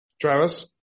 Travis